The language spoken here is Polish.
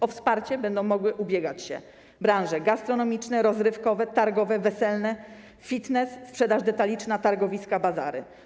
O wsparcie będą mogły ubiegać się branże: gastronomiczna, rozrywkowa, targowa, weselna, fitness, sprzedaż detaliczna, targowiska, bazary.